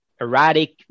erratic